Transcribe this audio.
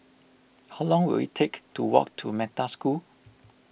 how long will it take to walk to Metta School